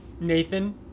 Nathan